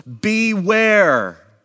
beware